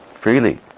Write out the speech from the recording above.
freely